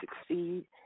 succeed